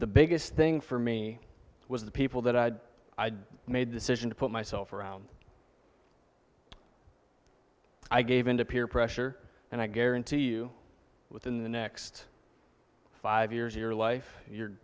the biggest thing for me was the people that i had i'd made the decision to put myself around i gave in to peer pressure and i guarantee you within the next five years your life you're